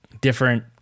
different